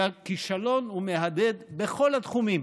כי הכישלון מהדהד בכל התחומים,